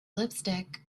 lipstick